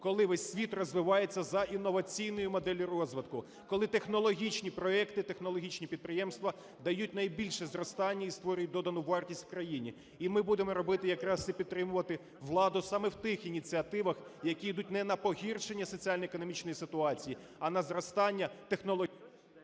коли весь світ розвивається за інноваційною моделлю розвитку, коли технологічні проекти, технологічні підприємства дають найбільше зростання і створюють додану вартість в країні. І ми будемо робити якраз і підтримувати владу саме в тих ініціативах, які йдуть не на погіршення соціально-економічної ситуації, а на з зростання технологічних…